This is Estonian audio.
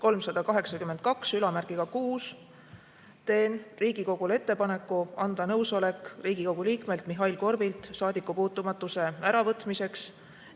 3826teen Riigikogule ettepaneku anda nõusolek Riigikogu liikmelt Mihhail Korbilt saadikupuutumatuse äravõtmiseks